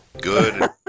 good